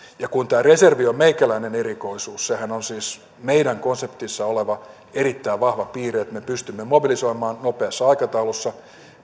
ja kun tämä reservi on meikäläinen erikoisuus sehän on siis meidän konseptissa oleva erittäin vahva piirre että me pystymme mobilisoimaan nopeassa aikataulussa